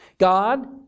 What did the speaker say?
God